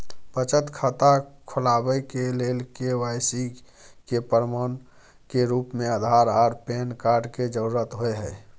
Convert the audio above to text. बचत खाता खोलाबय के लेल के.वाइ.सी के प्रमाण के रूप में आधार आर पैन कार्ड के जरुरत होय हय